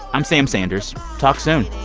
i'm sam sanders. talk soon